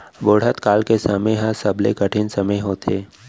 बुढ़त काल के समे ह सबले कठिन समे होथे